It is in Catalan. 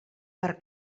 per